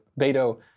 Beto